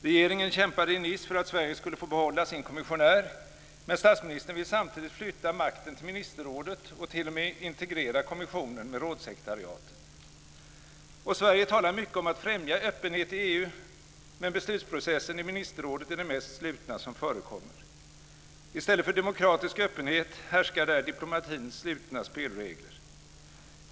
Regeringen kämpade i Nice för att Sverige skulle få behålla sin kommissionär, men statsministern vill samtidigt flytta makten till ministerrådet och t.o.m. integrera kommissionen med rådssekretariatet. Sverige talar mycket om att främja öppenhet i EU, men beslutsprocessen i ministerrådet är den mest slutna som förekommer. I stället för demokratisk öppenhet härskar där diplomatins slutna spelregler.